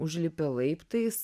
užlipi laiptais